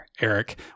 Eric